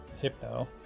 Hypno